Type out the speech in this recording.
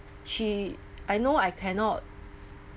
she I know I cannot